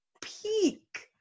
peak